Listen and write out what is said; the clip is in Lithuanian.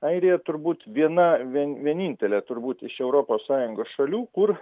airija turbūt viena vien vienintelė turbūt iš europos sąjungos šalių kur